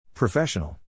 Professional